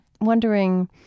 wondering